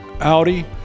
Audi